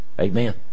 Amen